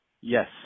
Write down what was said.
Yes